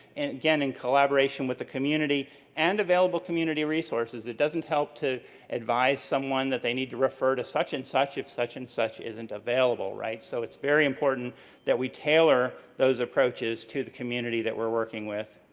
and again, in collaboration with the community and available community resources. it doesn't help to advise someone that they need to refer to such and such if such and such isn't available, right? so, it's very important that we tailor those approaches to the community that we're working with.